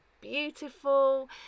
beautiful